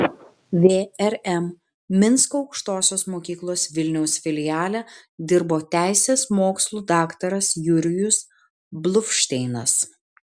vrm minsko aukštosios mokyklos vilniaus filiale dirbo teisės mokslų daktaras jurijus bluvšteinas